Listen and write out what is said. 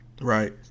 right